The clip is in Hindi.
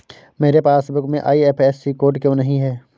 मेरे पासबुक में आई.एफ.एस.सी कोड क्यो नहीं है?